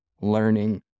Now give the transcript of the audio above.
learning